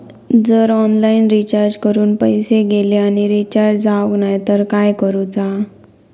जर online recharge करून पैसे गेले आणि रिचार्ज जावक नाय तर काय करूचा?